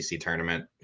tournament